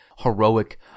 heroic